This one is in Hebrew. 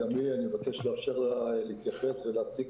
אני מבקש לאפשר לה גם להתייחס ולהציג